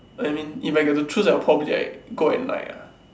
I mean if I get to choose I'll probably like go at night ah